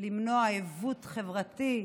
למנוע עיוות חברתי,